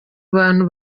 bantu